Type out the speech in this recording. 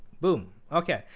boom. ok.